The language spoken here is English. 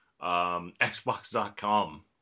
Xbox.com